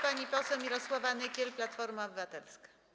Pani poseł Mirosława Nykiel, Platforma Obywatelska.